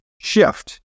shift